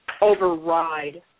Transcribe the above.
override